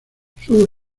sus